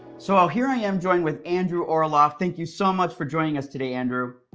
so ah here i am, joined with andrew orloff. thank you so much for joining us today, andrew.